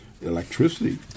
Electricity